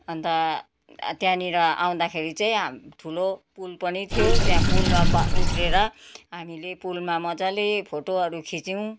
अन्त त्यहाँनिर आउँदाखेरि चाहिँ ठुलो पुल पनि थियो त्यहाँ पुलमा बा उत्रेर हामीले पुलमा मजाले फोटोहरू खिच्यौँ